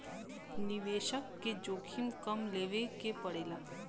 निवेसक के जोखिम कम लेवे के पड़ेला